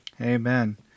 Amen